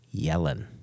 Yellen